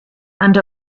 and